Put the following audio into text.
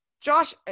Josh